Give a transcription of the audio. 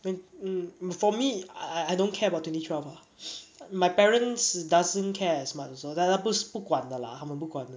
whe~ mm for me I I don't care about twenty twelve my parents doesn't care as much also they are like those 不管的 lah 他们不管的